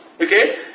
Okay